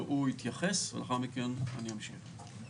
הוא יתייחס ולאחר מכן אני אמשיך.